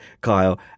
kyle